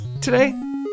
today